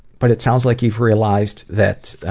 but it sounds like you've realized that